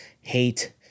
hate